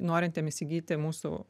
norintiem įsigyti mūsų